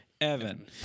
Evan